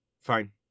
Fine